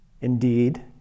indeed